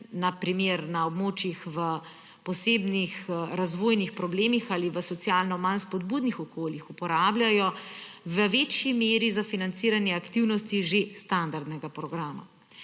na primer na območjih s posebnimi razvojnimi problemi ali v socialno manj spodbudnih okoljih, uporabljajo v večji meri za financiranje aktivnosti že standardnega programa.